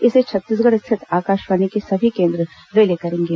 इसे छत्तीसगढ स्थित आकाशवाणी के सभी केंद्र रिले करेंगे